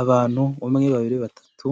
Abantu umwe, babiri, batatu